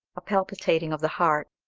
a palpitating of the heart,